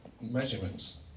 measurements